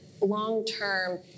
long-term